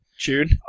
tune